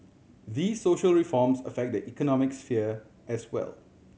these social reforms affect the economic sphere as well